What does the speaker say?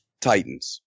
Titans